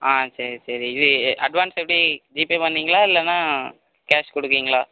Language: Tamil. ஆ சரி சரி இது அட்வான்ஸ் எப்படி ஜிபே பண்ணுவீங்களா இல்லைனா கேஸ் கொடுக்குறீங்களா